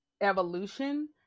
evolution